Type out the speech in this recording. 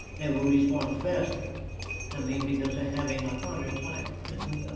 they will respond faster i mean because they're having a harder time than we are.